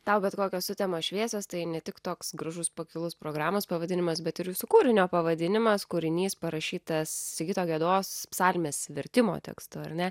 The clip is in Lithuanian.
tau bet kokios sutemos šviesios tai ne tik toks gražus pakilus programos pavadinimas bet ir jūsų kūrinio pavadinimas kūrinys parašytas sigito gedos psalmės vertimo tekstu ar ne